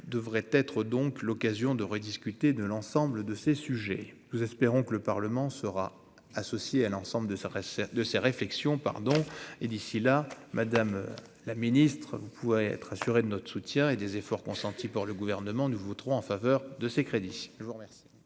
devrions donc, en 2023, rediscuter de l'ensemble de ces sujets. Nous espérons que le Parlement sera associé à l'ensemble de cette réflexion. D'ici là, madame la ministre, vous pouvez être assurée que nous soutenons les efforts consentis par le Gouvernement : nous voterons en faveur de ces crédits.